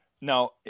Now